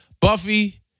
Buffy